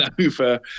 over